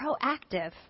proactive